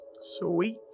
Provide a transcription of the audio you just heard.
Sweet